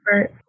Right